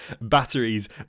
batteries